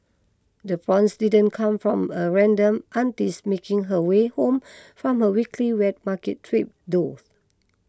the prawns didn't come from a random auntie's making her way home from her weekly wet market trip though